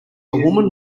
woman